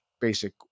basic